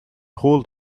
hold